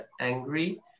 angry